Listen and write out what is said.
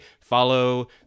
follow